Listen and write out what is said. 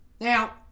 Now